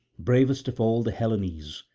bravest of all the hellenes,